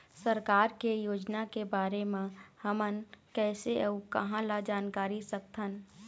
सरकार के योजना के बारे म हमन कैसे अऊ कहां ल जानकारी सकथन?